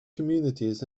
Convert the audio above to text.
communities